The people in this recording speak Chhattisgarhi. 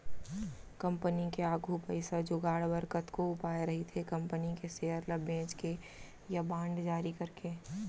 कंपनी के आघू पइसा जुगाड़ बर कतको उपाय रहिथे कंपनी के सेयर ल बेंच के या बांड जारी करके